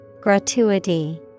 Gratuity